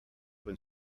when